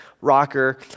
rocker